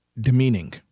demeaning